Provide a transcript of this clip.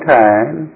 time